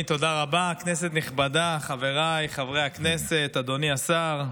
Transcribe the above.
כנסת נכבדה, חבריי חברי הכנסת, אדוני השר,